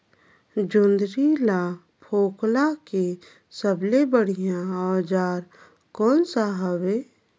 जोंदरी ला फोकला के सबले बढ़िया औजार कोन सा हवे?